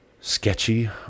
sketchy